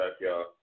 y'all